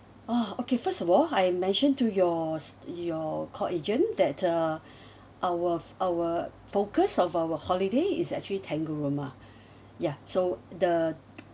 oh okay first of all I mentioned to yours your call agent that uh our our focus of our holiday is actually tangalooma ya so the